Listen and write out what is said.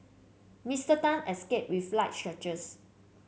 Mister Tan escaped with light scratches